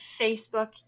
Facebook